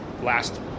last